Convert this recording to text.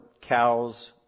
cows